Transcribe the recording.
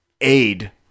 aid